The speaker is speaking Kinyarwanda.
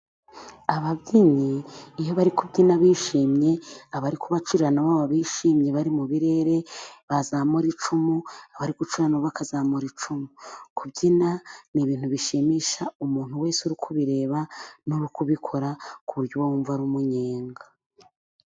Ababyinnyi iyo bari kubyina bishimye, abari kubacurira na bo bishimye bari mu birere, bazamura icumu, abari kubacurira na bo bakazamura icumu. Kubyina ni ibintu bishimisha umuntu wese uri kubireba no kubikora ku buryo uba wumva ari umunyenga.